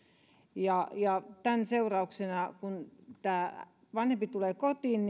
tämän seurauksena että vanhempi tulee kotiin